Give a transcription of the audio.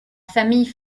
famille